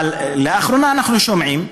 אבל לאחרונה אנחנו שומעים,